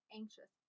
anxious